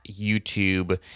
YouTube